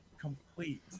Complete